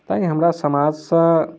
तैं हमरा समाज सँ